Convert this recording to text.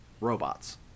robots